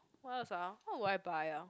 what else ah what would I buy ah